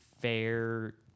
fair